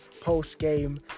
post-game